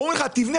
אומרים לך תבנה,